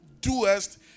doest